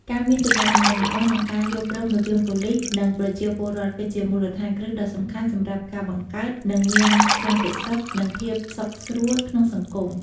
ការមានទំនាក់ទំនងល្អ និងការយល់ព្រមរវាងប៉ូលីស និងប្រជាពលរដ្ឋ គឺជាមូលដ្ឋានគ្រឹះដ៏សំខាន់សម្រាប់ការបង្កើត និងមានសន្តិសុខ និងភាពសុខស្រួលក្នុងសង្គម។